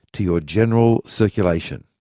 to your general circulation.